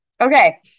Okay